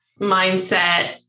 mindset